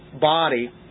body